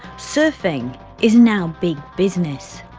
surfing is now big business.